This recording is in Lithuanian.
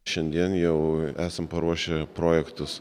šiandien jau esam paruošę projektus